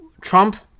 Trump